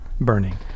burning